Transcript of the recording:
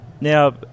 now